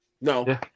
No